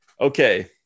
okay